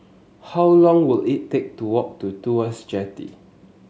how long will it take to walk to Tuas Jetty